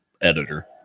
editor